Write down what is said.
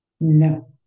No